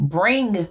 bring